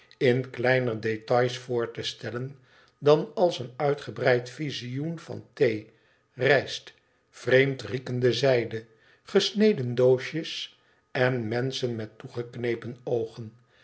in kleiner détails voor te snellen dan als een uitgebreid visioen van thee rijst vreemd riekende zijde gesneden doosjes en menchen met toegeknepen oogen